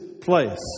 place